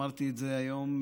ואמרתי את זה היום,